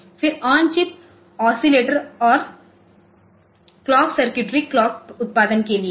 फिर on chip oscillator और clock circuitry clock उत्पादन के लिए है